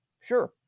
Sure